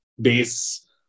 base